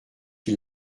qui